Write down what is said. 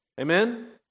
Amen